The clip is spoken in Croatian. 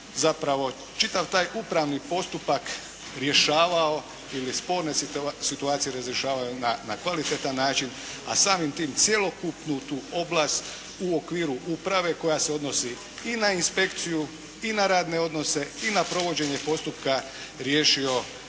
zapravo čitav taj upravni postupak rješavao ili sporne situacije razrješavao na kvalitetan način, a samim tim cjelokupnu tu oblast u okviru uprave koja se odnosi i na inspekciju i na radne odnose i na provođenje postupka riješio